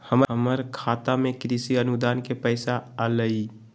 हमर खाता में कृषि अनुदान के पैसा अलई?